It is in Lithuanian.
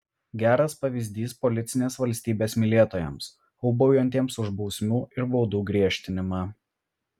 geras pavyzdys policinės valstybės mylėtojams ūbaujantiems už bausmių ir baudų griežtinimą